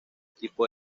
tipos